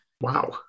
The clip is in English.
Wow